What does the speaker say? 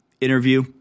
interview